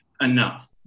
enough